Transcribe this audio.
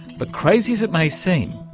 but crazy as it may seem,